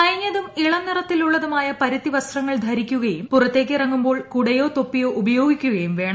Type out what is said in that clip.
അയഞ്ഞതും ഇളം നിറത്തിലുള്ളതുമായ പരുത്തി വസ്ത്രങ്ങൾ ധരിക്കുകയും പുറത്തേക്ക് ഇറങ്ങുമ്പോൾ കുടയോ തൊപ്പിയോ ഉപയോഗിക്കുകയും വേണം